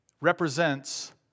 represents